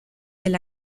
del